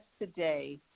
today